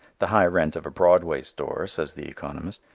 the high rent of a broadway store, says the economist,